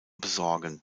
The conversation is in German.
besorgen